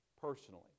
personally